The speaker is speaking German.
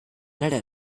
einer